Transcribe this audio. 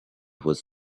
was